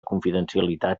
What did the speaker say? confidencialitat